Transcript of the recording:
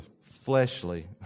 fleshly